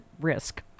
risk